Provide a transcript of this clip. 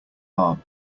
arm